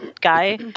guy